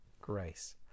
grace